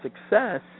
success